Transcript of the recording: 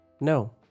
no